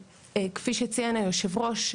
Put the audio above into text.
כפי שציין יושב הראש,